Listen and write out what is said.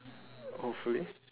hopefully